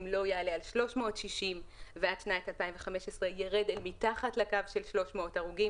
לא יעלה על 360 ועד שנת 2015 ירד אל מתחת לקו של 300 הרוגים.